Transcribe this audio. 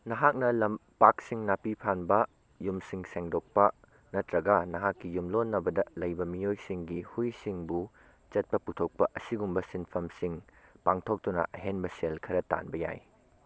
ꯅꯍꯥꯛꯅ ꯂꯝꯄꯥꯛꯁꯤꯡ ꯅꯥꯄꯤ ꯐꯥꯟꯕ ꯌꯨꯝꯁꯤꯡ ꯁꯦꯡꯗꯣꯛꯄ ꯅꯠꯇ꯭ꯔꯒ ꯅꯍꯥꯛꯀꯤ ꯌꯨꯝꯂꯣꯟꯅꯕꯗ ꯂꯩꯕ ꯃꯤꯑꯣꯏꯁꯤꯡꯒꯤ ꯍꯨꯏꯁꯤꯡꯕꯨ ꯆꯠꯄ ꯄꯨꯊꯣꯛꯄ ꯑꯁꯤꯒꯨꯝꯕ ꯁꯤꯟꯐꯝꯁꯤꯡ ꯄꯥꯡꯊꯣꯛꯇꯨꯅ ꯑꯍꯦꯟꯕ ꯁꯦꯜ ꯈꯔ ꯇꯥꯟꯕ ꯌꯥꯏ